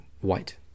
white